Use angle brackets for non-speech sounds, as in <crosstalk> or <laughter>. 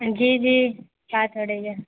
جی جی <unintelligible> ہو رہی ہے